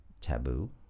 taboo